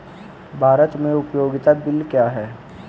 भारत में उपयोगिता बिल क्या हैं?